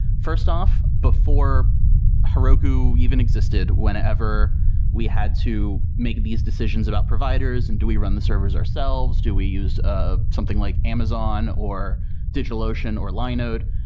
first off, before heroku even existed, whenever we had to make these decisions about providers and do we run the servers ourselves, do we use ah something like amazon or digitalocean or linode.